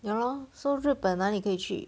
ya lor so 日本哪里可以去